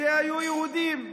היו יהודים.